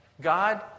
God